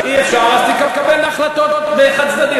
אי-אפשר, אז תתקבלנה החלטות חד-צדדיות.